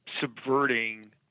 subverting